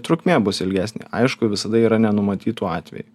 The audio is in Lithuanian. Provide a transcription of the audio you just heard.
trukmė bus ilgesnė aišku visada yra nenumatytų atvejų